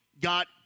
got